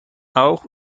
auch